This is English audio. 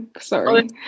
Sorry